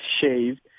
shaved